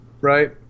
right